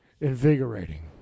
invigorating